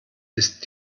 ist